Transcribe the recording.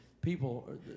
people